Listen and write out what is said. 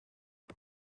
let